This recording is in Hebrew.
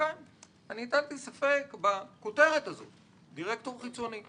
הטלתי ספק בכותרת הזאת של דירקטור חיצוני.